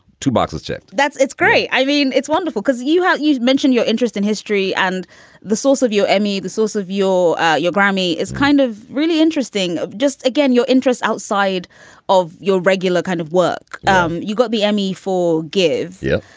two boxes checked that's great. i mean, it's wonderful because you have you've mentioned your interest in history and the source of your emmy. the source of your your grammy is kind of really interesting. just, again, your interest outside of your regular kind of work. um you got the emmy for give. yeah.